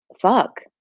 fuck